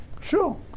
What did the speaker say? Sure